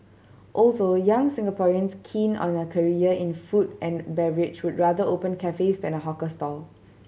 also young Singaporeans keen on a career in food and beverage would rather open cafes than a hawker stall